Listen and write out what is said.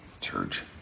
Church